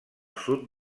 sud